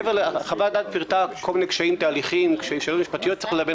חוות הדעת פרטה כל מיני קשיים תהליכיים וסוגיות משפטיות שצריך ללבן